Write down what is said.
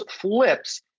flips